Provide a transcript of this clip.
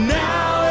now